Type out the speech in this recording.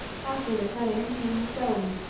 after the cutting came the sewing.